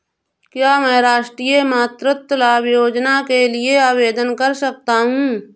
क्या मैं राष्ट्रीय मातृत्व लाभ योजना के लिए आवेदन कर सकता हूँ?